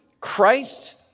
Christ